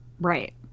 Right